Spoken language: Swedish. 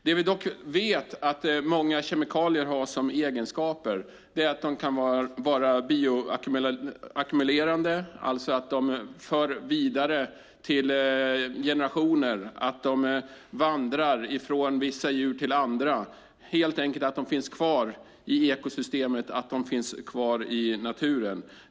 Det vi dock vet att många kemikalier har som egenskaper är att de kan vara bioackumulerande, alltså att de förs vidare till kommande generationer, att de vandrar från vissa djur till andra, helt enkelt att de finns kvar i ekosystemet, att de finns kvar i naturen.